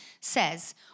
says